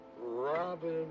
Robin